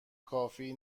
کافی